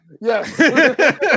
Yes